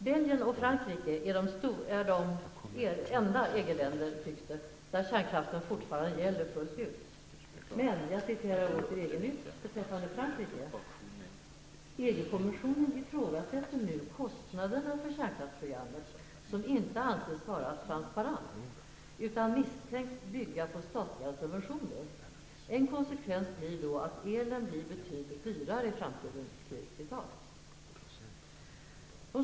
Belgien och Frankrike är de enda EG-länder, tycks det, där kärnkraften fortfarande gäller fullt ut. Jag citerar åter EG-Nytt beträffande Frankrike: ''EG kommissionen ifrågasätter nu kostnaderna för kärnkraftsprogrammet som inte anses vara 'transparent', utan misstänks bygga på statliga subventioner. En konsekvens blir då att elen blir betydligt dyrare i framtiden.''